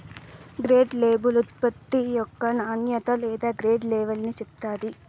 grade label ఉత్పత్తి యొక్క నాణ్యత లేదా గ్రేడ్ లెవల్ని చెప్తాది